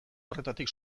horretatik